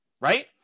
Right